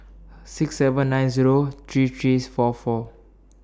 six seven nine Zero three three's four four